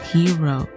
Hero